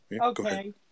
okay